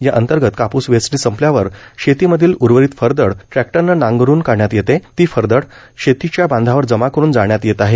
या अंतर्गत कापूस वेचणी संपल्यावर शेती मधील उर्वरित फरदड ट्रॅक्टरनं नांगरून काढण्यात येते ती फरदड शेतीच्या बांधावर जमा करून जाळण्यात येत आहे